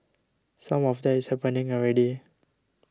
some of that is happening already